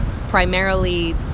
Primarily